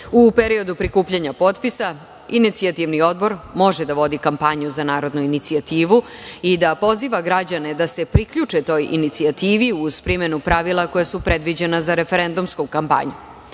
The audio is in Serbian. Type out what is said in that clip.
periodu prikupljanja potpisa inicijativni odbor može da vodi kampanju za narodnu inicijativu i da poziva građane da se priključe toj inicijativi uz primenu pravila koja su predviđena za referendumsku kampanju.U